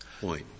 point